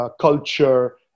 Culture